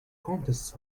contests